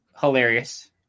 hilarious